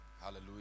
hallelujah